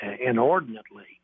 inordinately